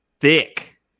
Thick